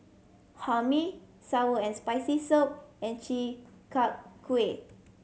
Hae Mee sour and Spicy Soup and Chi Kak Kuih